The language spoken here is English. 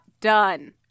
done